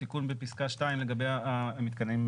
התיקון בפסקה 2 לגבי מתקנים,